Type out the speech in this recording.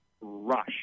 rush